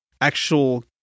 actual